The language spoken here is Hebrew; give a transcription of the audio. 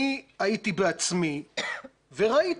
אני הייתי בעצמי וראיתי,